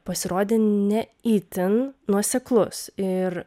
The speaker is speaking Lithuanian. pasirodė ne itin nuoseklus ir